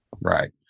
Right